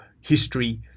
history